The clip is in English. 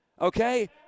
Okay